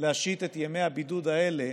להשית את ימי הבידוד האלה